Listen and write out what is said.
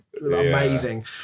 amazing